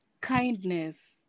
kindness